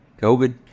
COVID